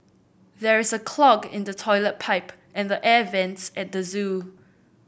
there is a clog in the toilet pipe and the air vents at the zoo